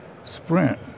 sprint